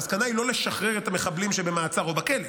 המסקנה היא לא לשחרר את המחבלים שבמעצר או בכלא.